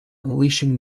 unleashing